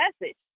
message